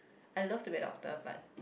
I love to be a doctor but